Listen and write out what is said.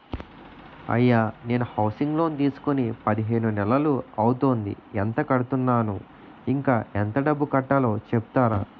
అయ్యా నేను housing loan తీసుకొని పదిహేను నెలలు అవుతోందిఎంత కడుతున్నాను, ఇంకా ఎంత డబ్బు కట్టలో చెప్తారా?